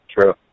True